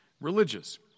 religious